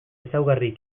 ezaugarri